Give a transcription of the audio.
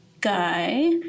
guy